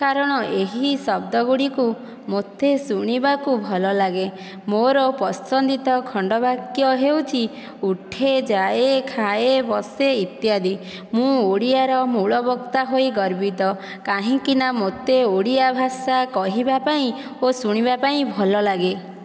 କାରଣ ଏହି ଶବ୍ଦ ଗୁଡ଼ିକୁ ମୋତେ ଶୁଣିବାକୁ ଭଲ ଲାଗେ ମୋର ପସନ୍ଦିତ ଖଣ୍ଡ ବାକ୍ୟ ହେଉଛି ଉଠେ ଯାଏ ଖାଏ ବସେ ଇତ୍ୟାଦି ମୁଁ ଓଡ଼ିଆର ମୂଳବକ୍ତା ହୋଇ ଗର୍ବିତ କାହିଁକିନା ମୋତେ ଓଡ଼ିଆ ଭାଷା କହିବା ପାଇଁ ଓ ଶୁଣିବା ପାଇଁ ଭଲ ଲାଗେ